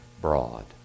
broad